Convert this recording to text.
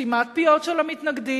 סתימת פיות של המתנגדים,